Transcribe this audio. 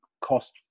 cost